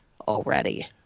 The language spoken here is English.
already